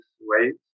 ways